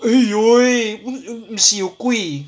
!aiyo!